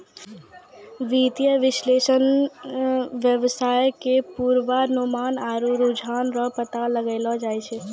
वित्तीय विश्लेषक वेवसाय के पूर्वानुमान आरु रुझान रो पता लगैलो जाय छै